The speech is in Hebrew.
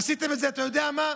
עשיתם את זה, אתה יודע מה?